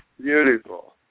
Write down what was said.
Beautiful